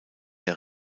der